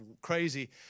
crazy